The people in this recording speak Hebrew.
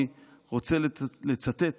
אני רוצה לצטט